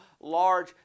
large